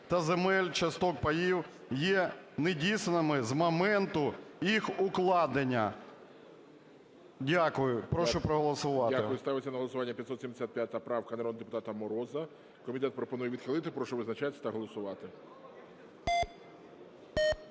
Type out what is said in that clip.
та земельних часток (паїв), є недійсними з моменту їх укладення". Дякую. Прошу проголосувати. ГОЛОВУЮЧИЙ. Дякую. Ставиться на голосування 575 правка народного депутата Мороза. Комітет пропонує відхилити. Прошу визначатись та голосувати.